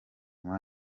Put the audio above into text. muri